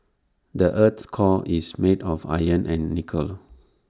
the Earth's core is made of iron and nickel